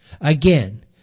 Again